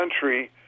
country